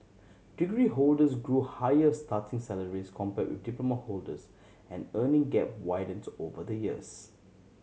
degree holders grow higher starting salaries compare with diploma holders and earning gap widens over the years